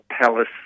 Palace